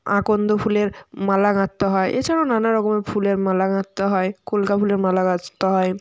আকন্দ ফুলের মালা গাঁথতে হয় এছাড়াও নানা রকমের ফুলের মালা গাঁথতে হয় কলকে ফুলের মালা গাঁথতে হয়